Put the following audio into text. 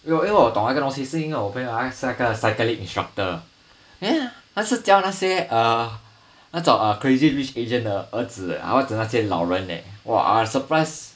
因为我懂那个东西是因为我朋友他是那个 cycling instructor then 他是教那些 err 那种 uh crazy rich asian 的儿子 eh 或者是那些老人 leh !wah! I was surprised